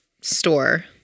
store